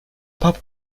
pup